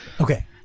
okay